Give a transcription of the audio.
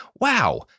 Wow